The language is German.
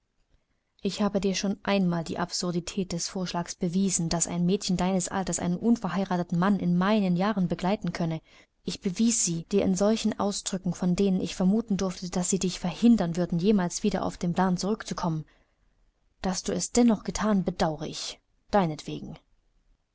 ich habe dir schon einmal die absurdität des vorschlags bewiesen daß ein mädchen deines alters einen unverheirateten mann in meinen jahren begleiten könne ich bewies sie dir in solchen ausdrücken von denen ich vermuten durfte daß sie dich verhindern würden jemals wieder auf den plan zurückzukommen daß du es dennoch gethan bedaure ich